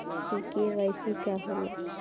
इ के.वाइ.सी का हो ला?